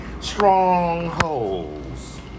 strongholds